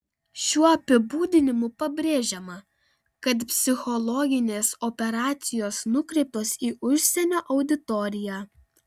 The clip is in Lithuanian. šiuo apibūdinimu pabrėžiama kad psichologinės operacijos nukreiptos į užsienio auditoriją